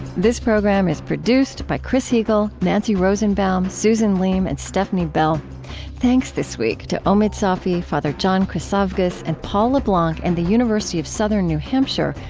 this program is produced by chris heagle, nancy rosenbaum, susan leem, and stefni bell thanks this week to omid safi, father john chryssavgis, and paul leblanc and the university of southern new hampshire,